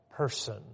person